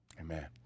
Amen